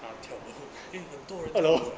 他跳楼 !hey! 很多人跳楼 hello